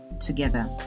together